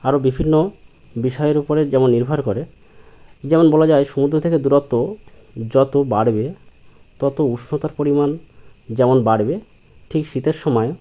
আরও বিভিন্ন বিষয়ের উপরে যেমন নির্ভর করে যেমন বলা যায় সমুদ্র থেকে দূরত্ব যত বাড়বে তত উষ্ণতার পরিমাণ যেমন বাড়বে ঠিক শীতের সময়ও